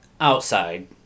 outside